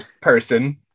person